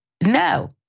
No